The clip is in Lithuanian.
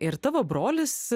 ir tavo brolis